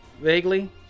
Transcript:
Vaguely